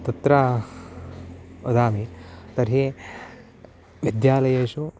तत्र वदामि तर्हि विद्यालयेषु